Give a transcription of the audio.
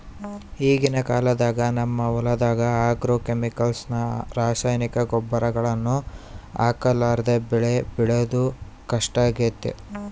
ಈಗಿನ ಕಾಲದಾಗ ನಮ್ಮ ಹೊಲದಗ ಆಗ್ರೋಕೆಮಿಕಲ್ಸ್ ನ ರಾಸಾಯನಿಕ ಗೊಬ್ಬರಗಳನ್ನ ಹಾಕರ್ಲಾದೆ ಬೆಳೆ ಬೆಳೆದು ಕಷ್ಟಾಗೆತೆ